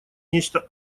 нечто